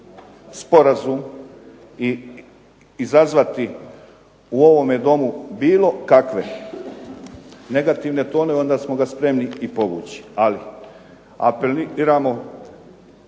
sporazum i izazvati u ovome Domu bilo kakve negativne tonove, onda smo ga spremni i povući, ali apeliramo